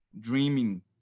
dreaming